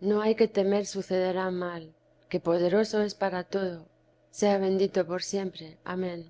no hay que temer sucederá mal que poderoso es para todo sea bendito por siempre amén